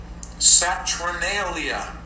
Saturnalia